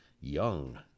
young